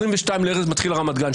22 מתחיל הרמדאן.